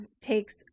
takes